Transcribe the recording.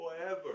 forever